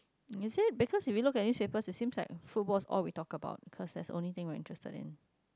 and you say Baccus when we look at newspaper you seem like football all we talk about cause that's only thing we are interested in